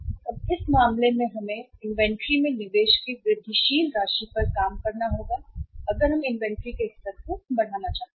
अब इस मामले में हमें निवेश की वृद्धिशील राशि में काम करना होगा इन्वेंट्री अगर हम इन्वेंट्री के स्तर को बढ़ाना चाहते हैं